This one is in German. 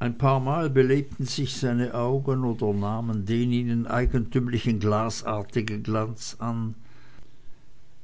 ein paarmal belebten sich seine augen und nahmen den ihnen eigentümlichen glasartigen glanz an